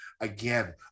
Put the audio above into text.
again